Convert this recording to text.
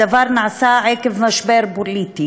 הדבר נעשה עקב משבר פוליטי